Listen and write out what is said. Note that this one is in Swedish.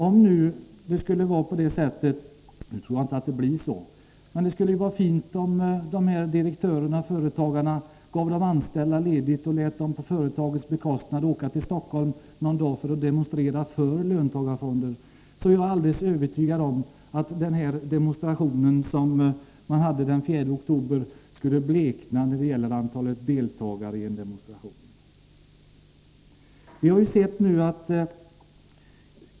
Om det kunde bli så — det vore fint, men jag tror inte att det händer — att de här direktörerna och företagarna gav de anställda ledigt och lät dem på företagens bekostnad åka till Stockholm någon dag för att demonstrera för löntagarfonder, skulle den demonstration som man hade den 4 oktober blekna vid en jämförelse när det gäller antalet deltagare — det är jag helt övertygad om.